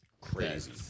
crazy